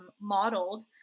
modeled